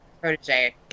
protege